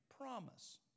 promise